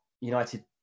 United